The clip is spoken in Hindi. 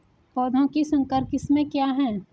पौधों की संकर किस्में क्या हैं?